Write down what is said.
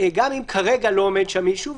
גם אם כרגע לא עומד שם מישהו,